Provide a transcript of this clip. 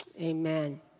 Amen